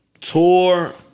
tour